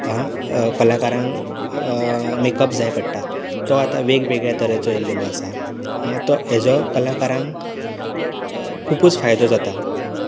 आ कलाकारांक मेकअप जाय पडटा तो आतां वेग वेगळ्या तरेचो येल्लोलो आसा आं तो हाजो कलाकारांक खुबूच फायदो जाता